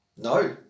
No